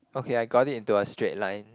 okay I got it into a straight line